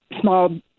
small